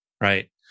right